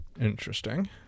Interesting